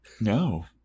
no